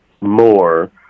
more